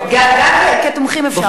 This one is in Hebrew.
גם כתומכים אפשר לעלות ולדבר.